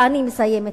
ואני מסיימת.